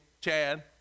Chad